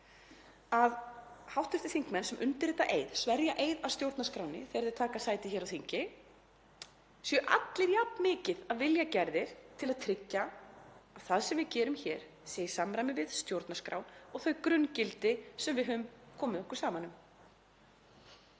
að hv. þingmenn sem undirrita eið, sverja eið að stjórnarskránni þegar þeir taka sæti á þingi, séu allir jafnmikið af vilja gerðir til að tryggja að það sem við gerum hér sé í samræmi við stjórnarskrá og þau grunngildi sem við höfum komið okkur saman um.